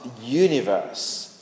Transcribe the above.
universe